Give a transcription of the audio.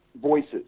voices